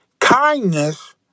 kindness